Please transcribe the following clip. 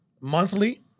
Monthly